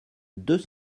deux